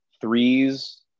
threes